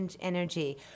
energy